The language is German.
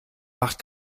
macht